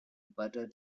butter